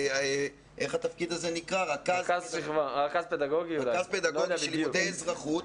רכז פדגוגי של לימודי אזרחות.